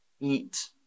eat